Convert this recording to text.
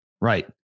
Right